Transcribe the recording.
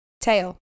Tail